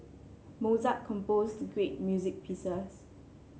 Mozart composed great music pieces